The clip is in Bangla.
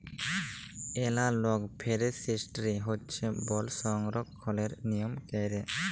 এলালগ ফরেস্টিরি হছে বল সংরক্ষলের লিয়ম ক্যইরে